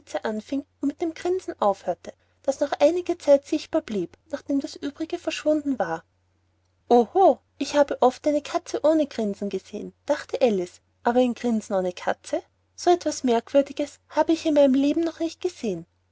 und mit dem grinsen aufhörte das noch einige zeit sichtbar blieb nachdem das uebrige verschwunden war oho ich habe oft eine katze ohne grinsen gesehen dachte alice aber ein grinsen ohne katze so etwas merkwürdiges habe ich in meinem leben noch nicht gesehen